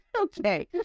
Okay